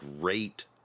great